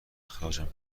اخراجم